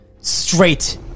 straight